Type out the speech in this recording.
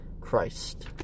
Christ